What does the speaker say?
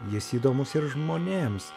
jis įdomus ir žmonėms